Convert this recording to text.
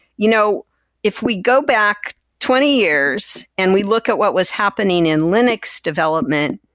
you know if we go back twenty years and we look at what was happening in linux development,